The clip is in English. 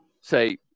say